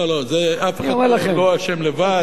לא לא, אף אחד לא אשם לבד.